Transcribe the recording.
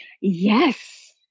Yes